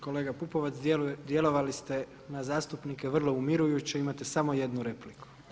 Kolega Pupovac, djelovali ste na zastupnike vrlo umirujuće, imate samo jednu repliku.